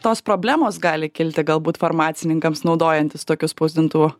tos problemos gali kilti galbūt farmacininkams naudojantis tokiu spausdintuvu